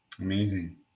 amazing